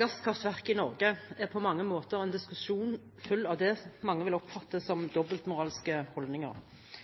gasskraftverk i Norge er på mange måter en diskusjon full av det mange vil oppfatte som dobbeltmoralske